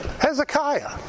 Hezekiah